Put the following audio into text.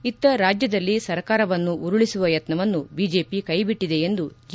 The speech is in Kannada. ಇತ್ತ ರಾಜ್ಯದಲ್ಲಿ ಸರ್ಕಾರವನ್ನು ಉರುಳಿಸುವ ಯತ್ನವನ್ನು ಬಿಜೆಪಿ ಕೈ ಬಿಟ್ಟದೆ ಎಂದು ಜಿ